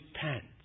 pants